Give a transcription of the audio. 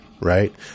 right